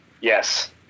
Yes